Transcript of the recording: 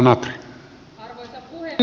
arvoisa puhemies